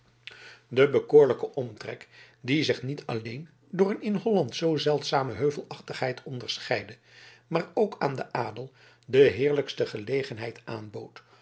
de bekoorlijke omtrek die zich niet alleen door een in holland zoo zeldzame heuvelachtigheid onderscheidde maar ook aan den adel de heerlijkste gelegenheid aanbood